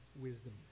wisdom